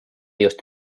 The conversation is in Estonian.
just